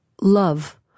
love